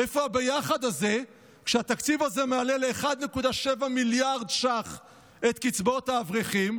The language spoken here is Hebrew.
איפה הביחד הזה כשהתקציב הזה מעלה ל-1.7 מיליארד ש"ח את קצבאות האברכים,